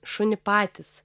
šunį patys